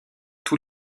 tous